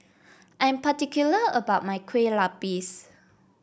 I am particular about my Kueh Lapis